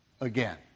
again